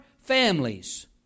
families